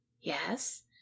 Yes